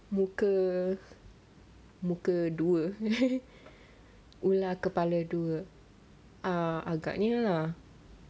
muka muka dua ular kepala dua err agaknya ah